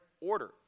order